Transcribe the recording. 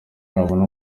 yabona